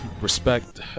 respect